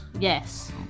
yes